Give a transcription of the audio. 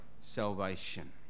salvation